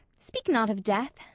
speak not of death.